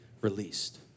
released